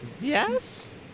Yes